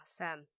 Awesome